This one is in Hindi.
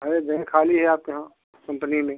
है जगह खाली है आपके यहाँ कंपनी में